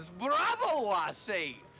bravo i say!